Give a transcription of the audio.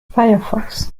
firefox